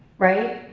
right?